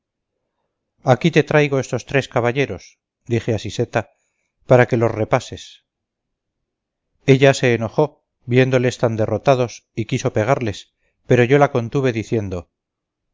aquí te traigo estos tres caballeros dije a siseta para que los repases ella se enojó viéndoles tan derrotados y quiso pegarles pero yo la contuve diciendo